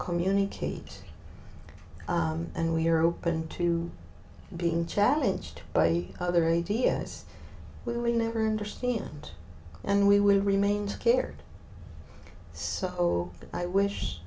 communicate and we are open to being challenged by other ideas we will never understand and we will remain scared so i wish